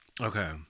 Okay